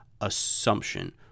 assumption